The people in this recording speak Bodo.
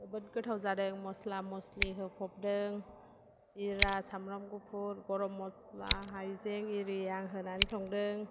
जोबोद गोथाव जादों मस्ला मस्लि होफबदों जिरा सामब्राम गुफुर गरम मस्ला हाइजें इरि आं होनानै संदों